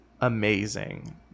amazing